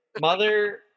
Mother